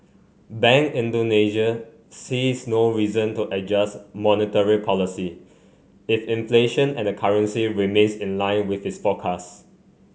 Bank Indonesia sees no reason to adjust monetary policy if inflation and the currency remains in line with its forecast